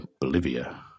Bolivia